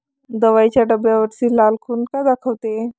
दवाईच्या डब्यावरची लाल खून का दाखवते?